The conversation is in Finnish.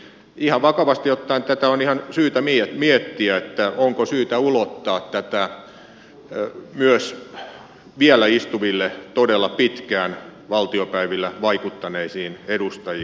ihan vakavasti ottaen tätä on syytä miettiä onko syytä ulottaa tätä myös vielä istuviin todella pitkään valtiopäivillä vaikuttaneisiin edustajiin